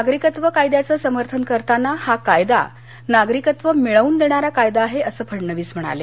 नागरिकत्व कायद्याचं समर्थन करताना हा कायदा नागरिकत्व मिळवून देणारा कायदा आहे असं फडणवीस म्हणाले